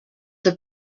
have